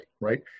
right